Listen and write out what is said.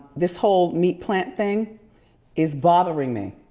this whole meat plant thing is bothering me.